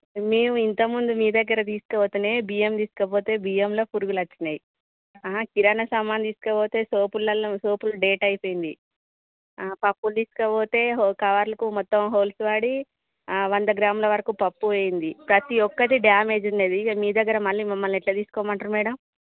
మేము ఇంతముందు మీ దగ్గర తీసుకుపోతేనే బియ్యం తీసుకుపోతే బియ్యంలో పురుగులు వచ్చినాయి కిరాణా సామాను తీసుకుపోతే సోపులల్లో సోప్లు డేట్ అయిపోయింది పప్పులు తీసుకపోతే కవర్లకు మొత్తం హోల్స్ పడి వంద గ్రాముల వరకు పప్పు పోయింది ప్రతి ఒక్కటి డ్యామేజ్ ఉన్నది ఇక మీ దగ్గర మళ్ళీ ఎట్ల తీసుకోమంటరు మ్యాడం